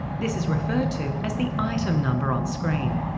this is referred to as the item number on screen.